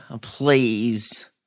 please